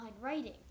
writing